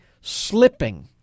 slipping